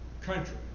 country